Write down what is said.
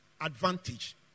advantage